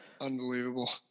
unbelievable